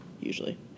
usually